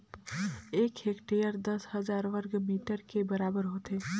एक हेक्टेयर दस हजार वर्ग मीटर के बराबर होथे